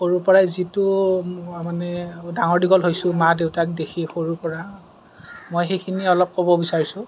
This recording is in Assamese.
সৰুৰ পৰাই যিটো মানে ডাঙৰ দীঘল হৈছো মা দেউতাক দেখি সৰুৰ পৰা মই সেইখিনি অলপ ক'ব বিচাৰিছো